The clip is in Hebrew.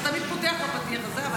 כי אתה תמיד פותח בפתיח הזה.